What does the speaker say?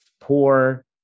poor